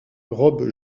robe